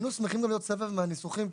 היינו שמחים גם להיות סבב מהניסוחים,